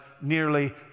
nearly